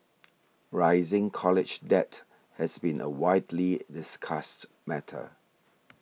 rising college debt has been a widely discussed matter